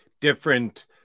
different